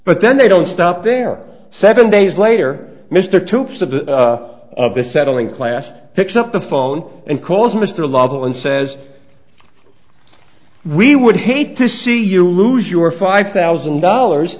but then they don't stop there seven days later mr two of the settling class picks up the phone and calls mr lovell and says we would hate to see you lose your five thousand dollars